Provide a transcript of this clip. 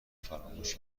فراموش